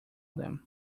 them